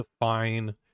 define